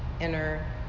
inner